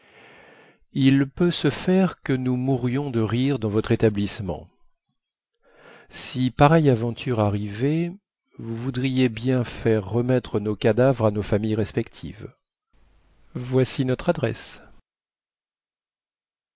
il peut se faire que nous mourions de rire dans votre établissement si pareille aventure arrivait vous voudriez bien faire remettre nos cadavres à nos familles respectives voici notre adresse